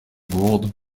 gourde